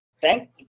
Thank